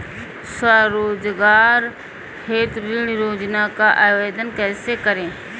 स्वरोजगार हेतु ऋण योजना का आवेदन कैसे करें?